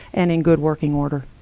and in good working order.